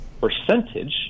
percentage